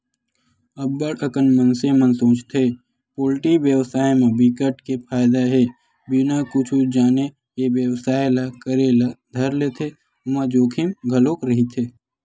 अब्ब्ड़ अकन मनसे मन सोचथे पोल्टी बेवसाय म बिकट के फायदा हे बिना कुछु जाने ए बेवसाय ल करे ल धर लेथे ओमा जोखिम घलोक रहिथे